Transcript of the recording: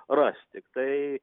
ras tiktai